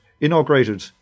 Inaugurated